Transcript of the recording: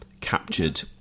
captured